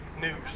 news